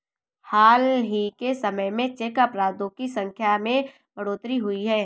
हाल ही के समय में चेक अपराधों की संख्या में बढ़ोतरी हुई है